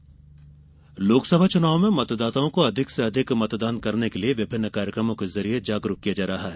मतदान लोकसभा चुनाव में मतदाताओं को अधिक से अधिक मतदान करने के लिए विभिन्न कार्यक्रमों के जरिए जागरुक ेकिया जा रहा है